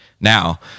Now